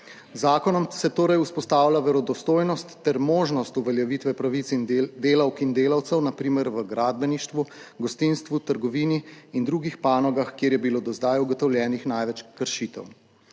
zakonom se torej vzpostavlja verodostojnost ter možnost uveljavitve pravic delavk in delavcev na primer v gradbeništvu, gostinstvu, trgovini in drugih panogah, kjer je bilo do zdaj ugotovljenih največ kršitev.